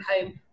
home